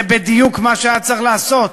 זה בדיוק מה שהיה צריך לעשות,